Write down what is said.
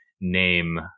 name